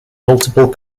multiple